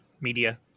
media